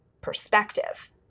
perspective